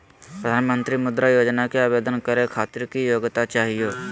प्रधानमंत्री मुद्रा योजना के आवेदन करै खातिर की योग्यता चाहियो?